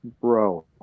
bro